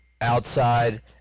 outside